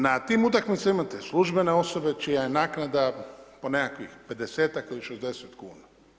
Na tim utakmicama imate službene osobe, čija je naknada po nekakvih 50 ili 60 kn.